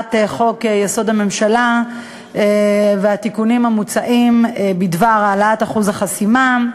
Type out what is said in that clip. הצעת חוק-יסוד: הממשלה והתיקונים המוצעים בדבר העלאת אחוז החסימה,